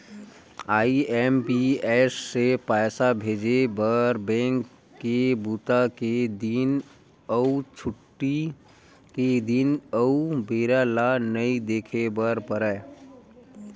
IMPS से पइसा भेजे बर बेंक के बूता के दिन अउ छुट्टी के दिन अउ बेरा ल नइ देखे बर परय